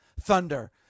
Thunder